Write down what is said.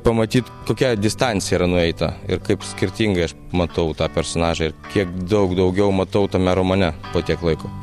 pamatyt kokia distancija yra nueita ir kaip skirtingai aš matau tą personažą ir kiek daug daugiau matau tame romane po tiek laiko